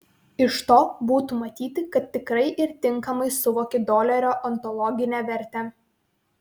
iš to būtų matyti kad tikrai ir tinkamai suvoki dolerio ontologinę vertę